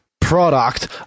product